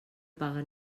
paga